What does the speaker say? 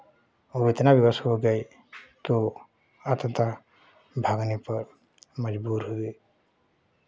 वो इतना विवश हो गए कि वो अंततः भागने पर मज़बूर हुए